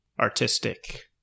artistic